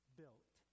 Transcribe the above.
built